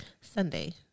Sunday